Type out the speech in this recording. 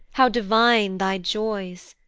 how divine thy joys!